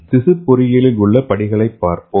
திசு பொறியியலில் உள்ள படிகளைப் பார்ப்போம்